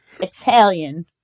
Italian